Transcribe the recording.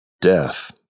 Death